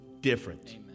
different